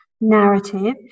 narrative